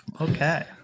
Okay